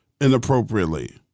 inappropriately